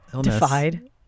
Defied